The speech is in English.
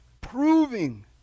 proving